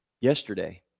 yesterday